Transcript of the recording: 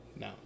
no